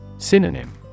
Synonym